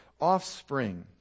offspring